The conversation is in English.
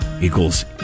equals